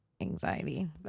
anxiety